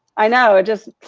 i know it just